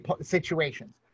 situations